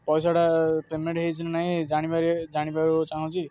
ପଇସାଟା ପେମେଣ୍ଟ ହେଇଛିନା ନାହିଁ ଜାଣିପାରୁ ଚାହୁଁଛି